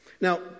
Now